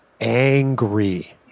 angry